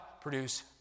produce